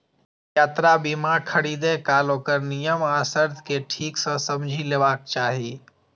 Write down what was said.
यात्रा बीमा खरीदै काल ओकर नियम आ शर्त कें ठीक सं समझि लेबाक चाही